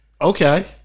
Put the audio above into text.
Okay